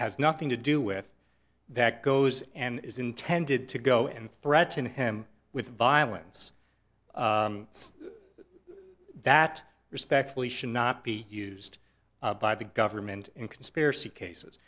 has nothing to do with that goes and is intended to go and threaten him with violence that respectfully should not be used by the government in conspiracy cases